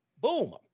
Boom